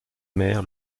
mer